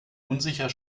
unsicher